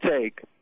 take